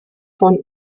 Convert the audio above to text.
von